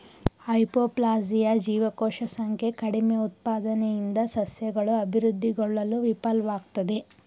hypoplasia ಜೀವಕೋಶ ಸಂಖ್ಯೆ ಕಡಿಮೆಉತ್ಪಾದನೆಯಿಂದ ಸಸ್ಯಗಳು ಅಭಿವೃದ್ಧಿಗೊಳ್ಳಲು ವಿಫಲ್ವಾಗ್ತದೆ